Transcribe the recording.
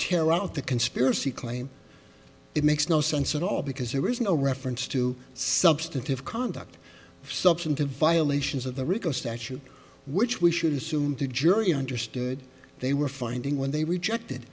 tear out the conspiracy claim it makes no sense at all because there is no reference to substantive conduct substantive violations of the rico statute which we should assume the jury understood they were finding when they rejected